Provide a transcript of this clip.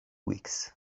weeks